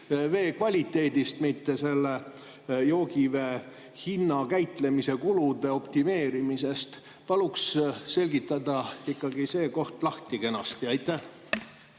vee kvaliteedist, mitte selle joogivee hinna või käitlemise kulude optimeerimisest. Paluks ikkagi selgitada see koht lahti kenasti. Aitäh!